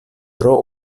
tro